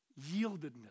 yieldedness